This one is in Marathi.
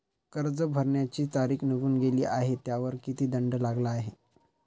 कर्ज भरण्याची तारीख निघून गेली आहे त्यावर किती दंड लागला आहे?